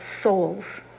souls